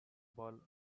ball